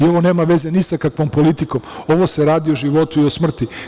I ovo nema veze ni sa kakvom politikom, ovo se radi o životu i o smrti.